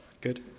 good